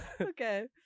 Okay